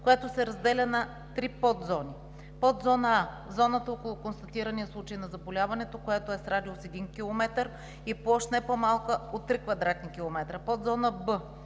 която се разделя на три подзони: подзона А – зоната около констатирания случай на заболяването, което е с радиус един километър, и площ не по-малко от 3 кв. км, подзона Б –